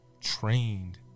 trained